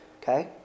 Okay